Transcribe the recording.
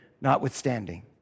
notwithstanding